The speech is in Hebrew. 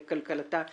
לכלכלתה.